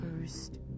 first